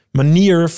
manier